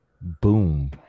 Boom